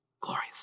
Glorious